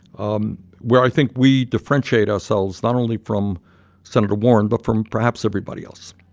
um where i think we differentiate ourselves, not only from senator warren but from perhaps everybody else,